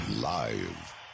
live